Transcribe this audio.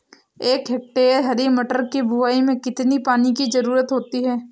एक हेक्टेयर हरी मटर की बुवाई में कितनी पानी की ज़रुरत होती है?